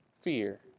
fear